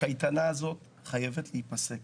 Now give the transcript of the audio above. הקייטנה הזאת חייבת להיפסק.